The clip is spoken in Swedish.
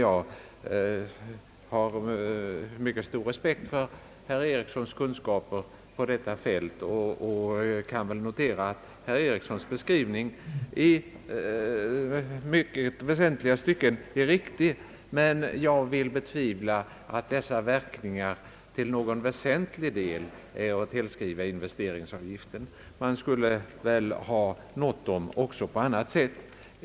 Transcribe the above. Jag har mycket stor respekt för herr Erikssons kunskaper på detta fält och kan väl notera att hans beskrivning i väsentliga stycken är riktig. Men jag betvivlar att dessa verkningar till någon avsevärd del kan tillskrivas investeringsavgiften; man skulle väl ha nått dem också på annat sätt.